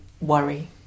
worry